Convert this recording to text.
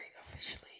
officially